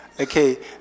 Okay